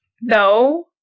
No